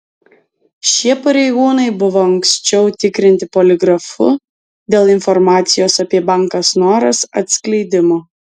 šie pareigūnai buvo anksčiau tikrinti poligrafu dėl informacijos apie banką snoras atskleidimo